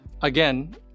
Again